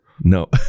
No